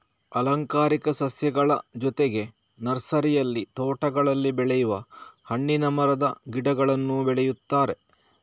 ಅಲಂಕಾರಿಕ ಸಸ್ಯಗಳ ಜೊತೆಗೆ ನರ್ಸರಿಯಲ್ಲಿ ತೋಟಗಳಲ್ಲಿ ಬೆಳೆಯುವ ಹಣ್ಣಿನ ಮರದ ಗಿಡಗಳನ್ನೂ ಬೆಳೆಯುತ್ತಾರೆ